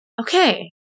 okay